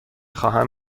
خواهم